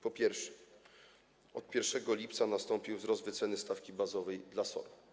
Po pierwsze, od 1 lipca nastąpił wzrost wyceny stawki bazowej dla SOR.